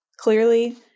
Clearly